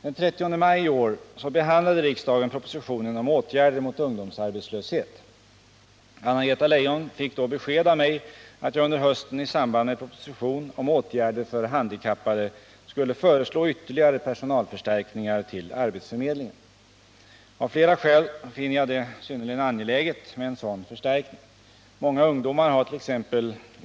Den 30 maj i år behandlade riksdagen propositionen om åtgärder mot ungdomsarbetslöshet. Anna-Greta Leijon fick då besked av mig att jag under hösten i samband med proposition om åtgärder för handikappade skulle föreslå ytterligare personalförstärkningar till arbetsförmedlingen. Av flera skäl finner jag det synnerligen angeläget med en sådan förstärkning. Många ungdomar hart.ex.